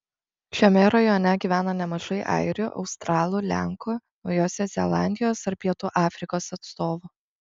šiame rajone gyvena nemažai airių australų lenkų naujosios zelandijos ar pietų afrikos atstovų